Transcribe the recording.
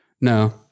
No